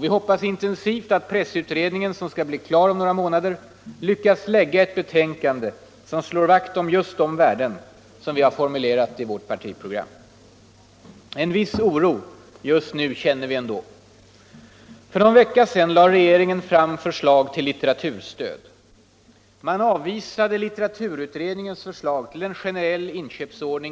Vi hoppas intensivt att pressutredningen, som skall bli klar om några månader, lyckas att lägga ett betänkande som slår vakt om just de värden som vi har formulerat i vårt partiprogram. En viss oro just nu känner vi ändå. För någon vecka sedan lade regeringen fram förslag till litteraturstöd. Man avvisade litteraturutredningens förslag till en generell ordning för